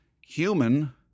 human